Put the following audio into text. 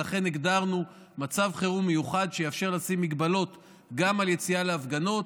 ולכן הגדרנו מצב חירום מיוחד שיאפשר לשים הגבלות גם על יציאה להפגנות.